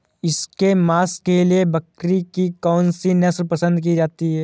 इसके मांस के लिए बकरी की कौन सी नस्ल पसंद की जाती है?